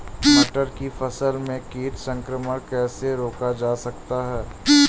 मटर की फसल में कीट संक्रमण कैसे रोका जा सकता है?